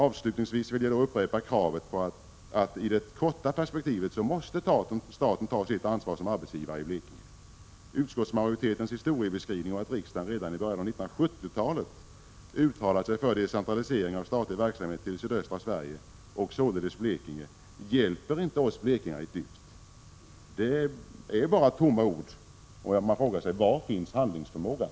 Avslutningsvis vill jag upprepa kravet att staten i det korta perspektivet skall ta sitt ansvar som arbetsgivare i Blekinge. Utskottsmajoritetens historiebeskrivning, där det sägs att riksdagen redan i början på 1970-talet uttalade sig för decentralisering av statlig verksamhet till sydöstra Sverige, och således Blekinge, hjälper inte oss blekingar ett dyft. Det är bara tomma ord, och man frågar sig: Var finns handlingsförmågan?